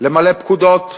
למלא פקודות,